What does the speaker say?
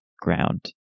ground